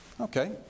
Okay